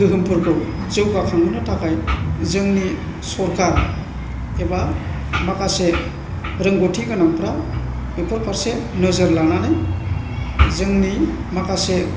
गोहोमफोरखौ जौगाखांहोनो थाखाय जोंनि सोरखार एबा माखासे रोंगौथि गोनांफ्रा बेफोर फारसे नोजोर लानानै जोंनि माखासे